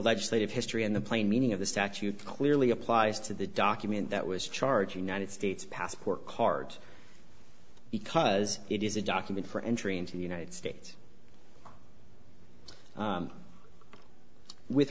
legislative history and the plain meaning of the statute clearly applies to the document that was charge united states passport card because it is a document for entry into the united states with